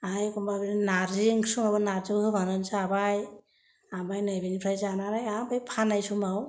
आरो एखमब्ला बिदिनो नारजि ओंख्रि सङोब्ला नारजियाव होफानानैबो जाबाय ओमफ्राय नै बेनिफ्राय जानानै ओमफ्राय फाननाय समाव